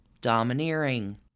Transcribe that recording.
domineering